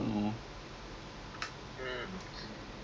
a'ah lah laju sangat ah